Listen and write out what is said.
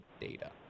data